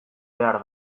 behar